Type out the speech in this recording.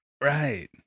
Right